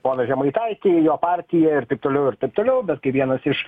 poną žemaitaitį jo partiją ir taip toliau ir taip toliau bet kai vienas iš